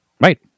right